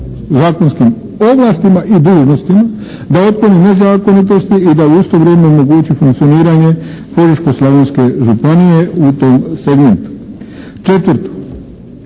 zakonskim ovlastima i dužnostima da otkloni nezakonitosti i da u isto vrijeme omogući funkcioniranje Požeško-slavonske županije u tom segmentu. Četvrto.